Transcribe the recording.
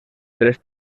tres